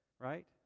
Right